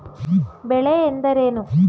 ಬೆಳೆ ಎಂದರೇನು?